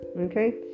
okay